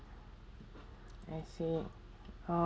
I see uh